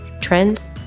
trends